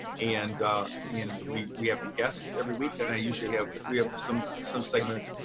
and and we we have guests every week and i usually have. we have some some segments.